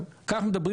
אנחנו מדברים